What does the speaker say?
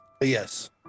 yes